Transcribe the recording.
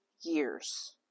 years